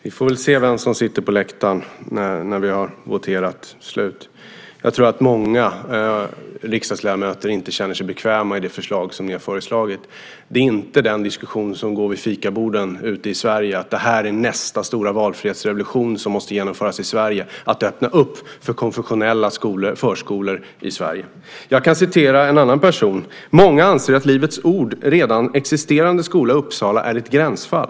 Fru talman! Vi får väl se vem som sitter på läktaren när vi voterat klart. Jag tror att många riksdagsledamöter inte känner sig bekväma med det förslag som ni lagt fram. Den diskussion som förs vid fikaborden ute i landet handlar inte om att det här är nästa stora valfrihetsrevolution som måste genomföras i Sverige, alltså att öppna upp för konfessionella förskolor i Sverige. Låt mig ge ett citat: "Många anser att Livets ords redan existerande skola i Uppsala är ett gränsfall.